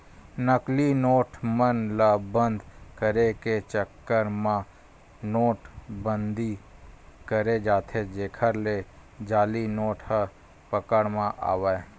नकली नोट मन ल बंद करे के चक्कर म नोट बंदी करें जाथे जेखर ले जाली नोट ह पकड़ म आवय